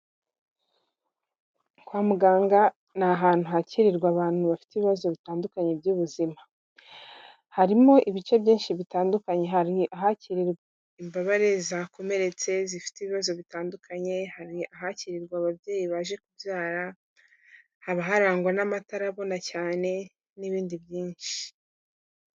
Kwa muganga ni ahantu hakirirwa abantu bafite ibibazo bitandukanye by'ubuzima, harimo ibice byinshi bitandukanye, hari ahakirirwa imbabare zakomeretse zifite ibibazo bitandukanye, hari ahakirirwa ababyeyi baje kubyara, haba harangwa n'amatara abona cyane n'ibindi byinshi.